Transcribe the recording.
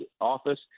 office